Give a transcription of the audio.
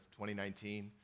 2019